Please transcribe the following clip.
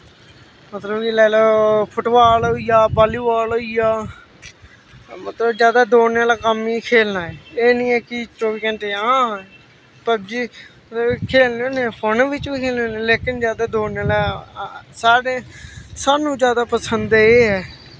मतलव कि लाई लैओ फुट्ट बॉल होईया बॉल्ली बॉल होईया मतलव जादा दौड़ने आह्ला कम्म ई खेलना ऐ एह् नी ऐ कि चौह्बी घैंटे दा पवजी खेलने होन्ने आं फोनै बिच्च बी खेलने होन्ने आं लेकिन जादा दौड़ने आह्ला साढ़े स्हानू जादा पसंद एह् ऐ